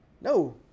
no